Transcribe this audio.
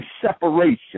separation